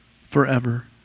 forever